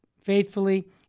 faithfully